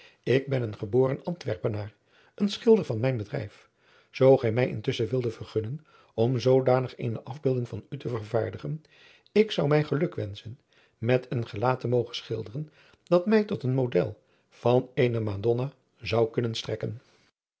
ik ben een geboren antwerpenaar een schilder van mijn bedrijf zoo gij mij intusschen wilde vergunnen om zoodanig eene afbeelding van u te vervaardigen ik zou mij geluk wenschen met een gelaat te mogen schilderen dat mij tot een model van eene madonna zou kunnen strekken